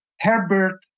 Herbert